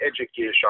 education